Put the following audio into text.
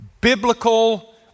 biblical